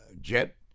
jet